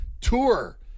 tour